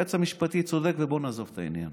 היועץ המשפטי צודק ובוא נעזוב את העניין.